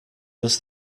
does